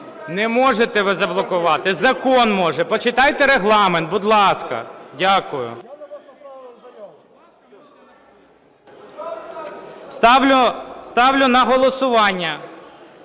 Не можете ви заблокувати! Закон може. Почитайте Регламент, будь ласка. Дякую. Ставлю на голосування